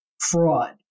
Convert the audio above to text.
fraud